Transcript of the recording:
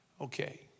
Okay